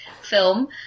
film